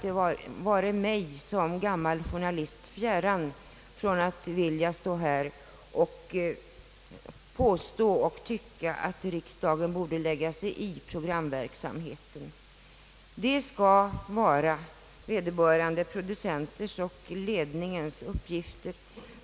Det vare mig som gammal journalist fjärran att tycka att riksdagen borde lägga sig i programverksamheten. Det skall och bör vara vederbörande producenters och lednings uppgifter.